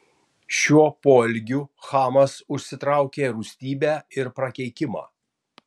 šiuo poelgiu chamas užsitraukė rūstybę ir prakeikimą